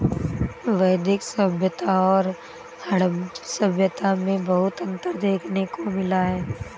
वैदिक सभ्यता और हड़प्पा सभ्यता में बहुत अन्तर देखने को मिला है